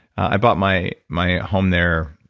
i bought my my home there.